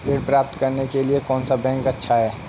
ऋण प्राप्त करने के लिए कौन सा बैंक अच्छा है?